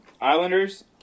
Islanders